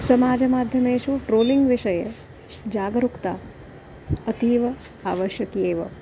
समाजमाध्यमेषु ट्रोलिङ्ग् विषये जागरूकता अतीव आवश्यकी एव